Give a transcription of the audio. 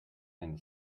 and